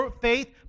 faith